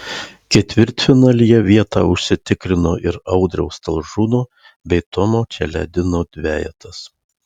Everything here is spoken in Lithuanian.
ketvirtfinalyje vietą užsitikrino ir audriaus talžūno bei tomo čeledino dvejetas